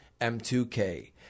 M2K